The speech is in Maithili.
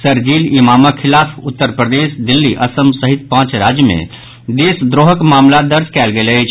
शरजील इमामक खिलाफ उत्तर प्रदेश दिल्ली असम सहित पांच राज्य मे देशद्रोहक मामिला दर्ज कयल गेल अछि